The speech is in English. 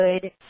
good